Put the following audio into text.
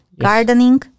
gardening